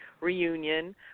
reunion